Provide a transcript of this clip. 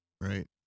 Right